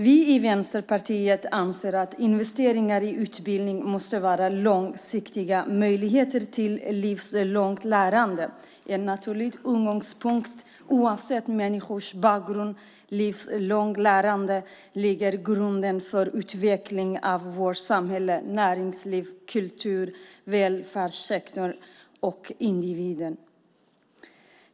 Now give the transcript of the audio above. Vi i Vänsterpartiet anser att investeringar i utbildning måste ge långsiktiga möjligheter till livslångt lärande. Det är en naturlig utgångspunkt oavsett människors bakgrund. Livslångt lärande lägger grunden för utveckling av vårt samhälle, näringslivet, kulturen, välfärdssektorn och individen.